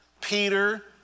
Peter